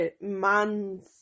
man's